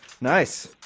Nice